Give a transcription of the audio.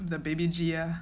the baby G ah